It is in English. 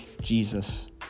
Jesus